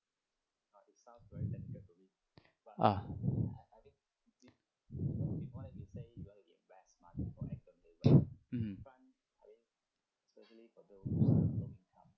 ah hmm